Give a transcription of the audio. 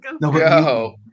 go